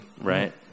Right